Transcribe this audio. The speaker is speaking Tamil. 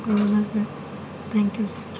அவ்வளோ தான் சார் தேங்க்யூ சார்